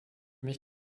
mich